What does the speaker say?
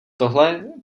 tohle